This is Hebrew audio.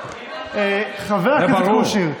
חבר הכנסת קושניר.